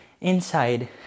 inside